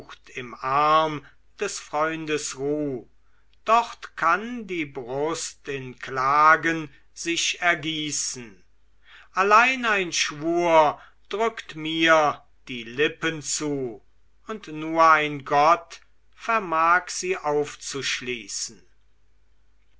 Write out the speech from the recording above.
im arm des freundes ruh dort kann die brust in klagen sich ergießen allein ein schwur drückt mir die lippen zu und nur ein gott vermag sie aufzuschließen